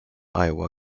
iowa